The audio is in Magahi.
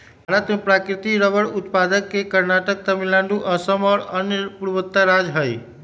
भारत में प्राकृतिक रबर उत्पादक के कर्नाटक, तमिलनाडु, असम और अन्य पूर्वोत्तर राज्य हई